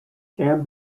can